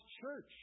church